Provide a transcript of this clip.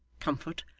comfort,